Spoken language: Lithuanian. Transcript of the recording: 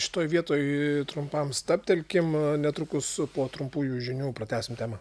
šitoj vietoj trumpam stabtelkim netrukus po trumpųjų žinių pratęsim temą